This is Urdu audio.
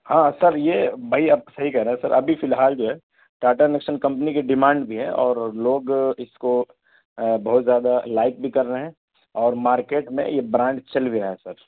ہاں سر یہ بھائی آپ صحیح کہہ رہے ہیں ابھی فی الحال جو ہے ٹاٹا نیکسن کمپنی کی ڈیمانڈ بھی ہے اور لوگ اس کو بہت زیادہ لائک بھی کر رہے ہیں اور مارکیٹ میں یہ برانڈ چل بھی رہا ہے سر